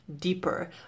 deeper